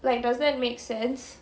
like it doesn't make sense